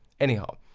anyhow.